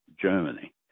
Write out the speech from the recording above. Germany